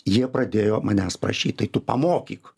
jie pradėjo manęs prašyti tu pamokyk